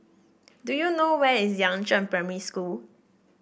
do you know where is Yangzheng Primary School